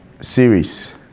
series